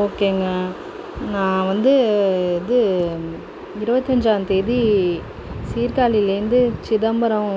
ஓகேங்க நான் வந்து இது இருவத்தஞ்சாந் தேதி சீர்காழிலருந்து சிதம்பரம்